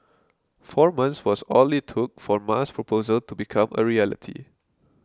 four months was all it took for Ma's proposal to become a reality